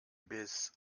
bis